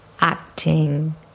acting